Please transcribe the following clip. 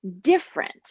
different